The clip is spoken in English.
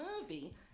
movie